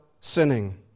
sinning